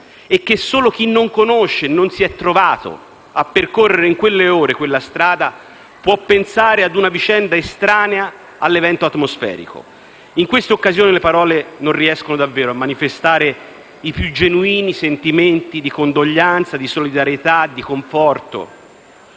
che solo chi non conosce e non si è trovato a percorrere in quelle ore quella strada, può pensare essere vicenda estranea all'evento atmosferico. In queste occasioni le parole non riescono a manifestare i più genuini sentimenti di condoglianza, di solidarietà, di conforto.